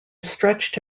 stretched